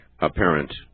apparent